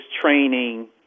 training